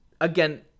again